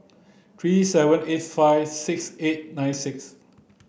three seven eight five six eight nine six